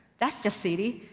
that's just silly.